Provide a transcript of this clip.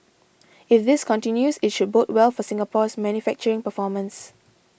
if this continues it should bode well for Singapore's manufacturing performance